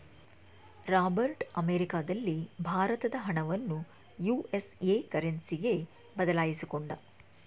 Robert ಅಮೆರಿಕದಲ್ಲಿ ಭಾರತದ ಹಣವನ್ನು ಯು.ಎಸ್.ಎ ಕರೆನ್ಸಿಗೆ ಬದಲಾಯಿಸಿಕೊಂಡ